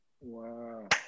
Wow